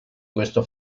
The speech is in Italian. questo